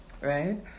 right